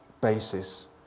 basis